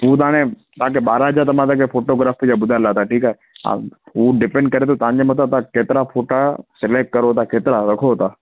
हू त हाणे तव्हांखे ॿारहां हज़ार त मां तव्हांखे फोटोग्राफ़ी जा ॿुधाए लाथा ठीकु आहे हा उहो डिपेंड करे थो तव्हांजे मथां तव्हां केतिरा फोटा सिलेक्ट करो था केतिरा रखो था